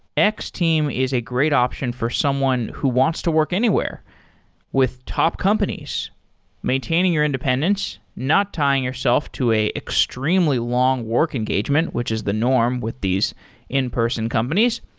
x-team is a great option for someone who wants to work anywhere with top companies maintaining your independence, not tying yourself to an extremely long work engagement, which is the norm with these in-person companies,